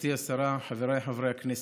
גברתי השרה, חבריי חברי הכנסת,